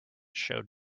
showed